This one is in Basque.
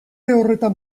horretan